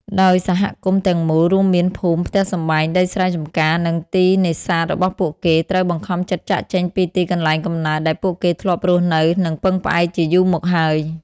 ដោយសហគមន៍ទាំងមូល រួមមានភូមិ ផ្ទះសម្បែង ដីស្រែចម្ការ និងទីនេសាទរបស់ពួកគេ ត្រូវបង្ខំចិត្តចាកចេញពីទីកន្លែងកំណើតដែលពួកគេធ្លាប់រស់នៅ និងពឹងផ្អែកជាយូរមកហើយ។